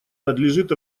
надлежит